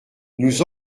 nous